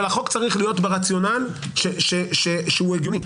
אבל החוק צריך להיות ברציונל שהוא הגיוני.